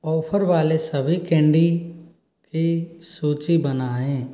offer वाले सभी candy की सूची बनाऐं